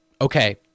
okay